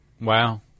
Wow